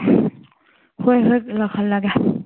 ꯍꯣꯏ ꯍꯣꯏ ꯂꯥꯛꯍꯜꯂꯒꯦ